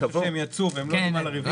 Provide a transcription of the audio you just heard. אני חושב שהם יצאו והם לא יודעים על הרביזיה.